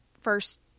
first